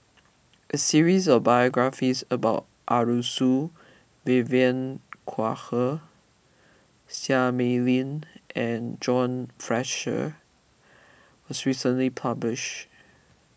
a series of biographies about Arasu Vivien Quahe Seah Mei Lin and John Fraser was recently publish